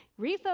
Refocus